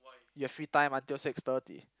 you have free time until six thirty